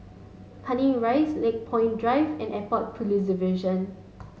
Canning Rise Lakepoint Drive and Airport Police Division